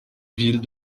ville